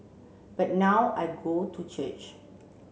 but now I go to church